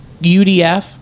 UDF